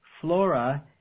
flora